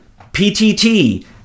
PTT